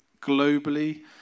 globally